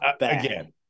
Again